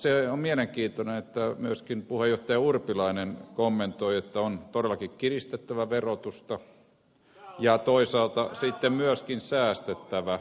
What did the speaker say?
se on mielenkiintoista että myöskin puheenjohtaja urpilainen kommentoi että on todellakin kiristettävä verotusta ja toisaalta sitten myöskin säästettävä